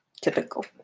typical